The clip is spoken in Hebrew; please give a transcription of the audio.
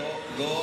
מה